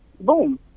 boom